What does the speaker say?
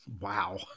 wow